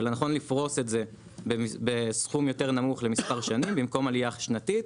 לכן נכון לפרוס את זה בסכום יותר נמוך למספר שנים במקום עלייה שנתית,